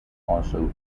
also